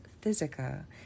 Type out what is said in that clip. physica